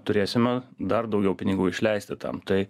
turėsime dar daugiau pinigų išleisti tam tai